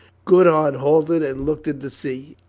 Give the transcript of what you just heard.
goodhart halted and looked at the sea.